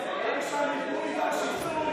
איש הנידוי, השיסוי.